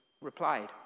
replied